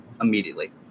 immediately